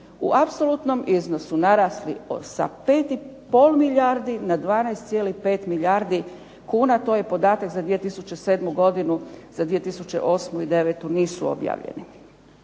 u apsolutnom iznosu narasli sa 5,5 milijardi na 12,5 milijardi kuna. To je podatak za 2007. godinu, za 2008. i devetu nisu objavljeni.